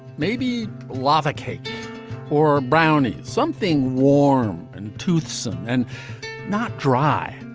maybe lava cake or brownies. something warm and toothsome and not dry.